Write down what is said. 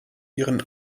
ihren